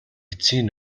эцсийн